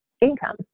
income